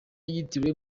yitiriwe